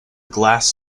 glass